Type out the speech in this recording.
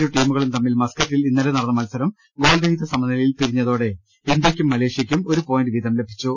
ഇരു ടീമുകളും തമ്മിൽ മസ്ക്ക റ്റിൽ ഇന്നലെ നടന്ന മത്സരം ഗോൾ രഹിത സമനിലയിൽ പിരി ഞ്ഞതോടെ ഇന്തൃക്കും മലേഷ്യക്കും ഒരു പോയിന്റ് വീതം ലഭിച്ചു